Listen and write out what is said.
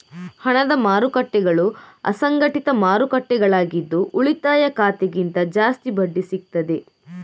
ಹಣದ ಮಾರುಕಟ್ಟೆಗಳು ಅಸಂಘಟಿತ ಮಾರುಕಟ್ಟೆಗಳಾಗಿದ್ದು ಉಳಿತಾಯ ಖಾತೆಗಿಂತ ಜಾಸ್ತಿ ಬಡ್ಡಿ ಸಿಗ್ತದೆ